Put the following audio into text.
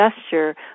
gesture